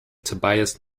tobias